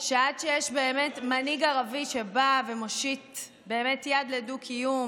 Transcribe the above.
שעד שיש באמת מנהיג ערבי שבא ומושיט באמת יד לדו-קיום